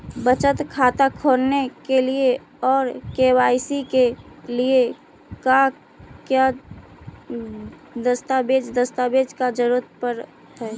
बचत खाता खोलने के लिए और के.वाई.सी के लिए का क्या दस्तावेज़ दस्तावेज़ का जरूरत पड़ हैं?